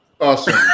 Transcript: Awesome